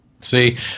See